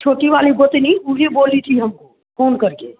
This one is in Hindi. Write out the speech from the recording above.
छोटी वाली गोतनी ऊ भी बोली थी हमको फोन करके